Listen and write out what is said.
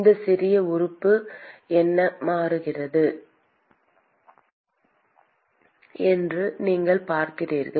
இந்த சிறிய உறுப்பு என்ன மாறுகிறது என்று நீங்கள் பார்க்கிறீர்கள்